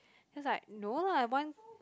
he was like no lah one